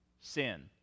sin